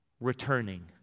returning